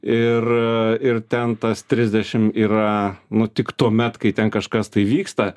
ir ir ten tas trisdešim yra nu tik tuomet kai ten kažkas tai vyksta